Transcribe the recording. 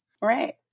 right